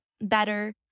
better